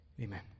Amen